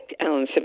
Alan